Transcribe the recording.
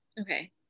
Okay